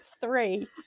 three